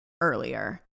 earlier